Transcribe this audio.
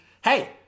hey